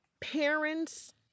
parents